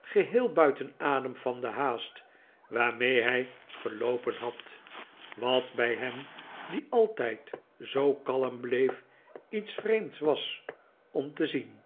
geheel buiten adem van de haast waarmee hij geloopen had wat bij hem die altijd zoo kalm bleef iets vreemds was om te zien